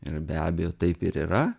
ir be abejo taip ir yra